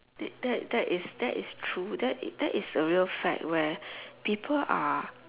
that that is that is true that that is a real fact where people are